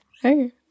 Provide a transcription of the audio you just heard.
hey